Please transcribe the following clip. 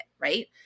Right